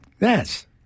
Yes